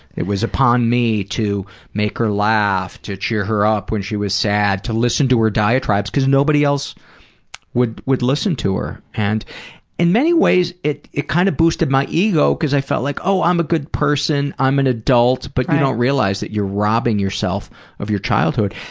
it was upon me to make her laugh, to cheer her up when she was sad, to listen to her diatribes cause nobody else would would listen to her. and in many ways it kinda kind of boosted my ego cause i felt like, oh, i'm a good person. i'm an adult. but you don't realize you're robbing yourself of your childhood.